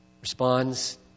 responds